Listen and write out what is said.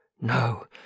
No